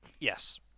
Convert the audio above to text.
Yes